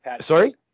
Sorry